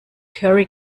curry